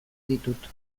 ditut